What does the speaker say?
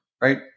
right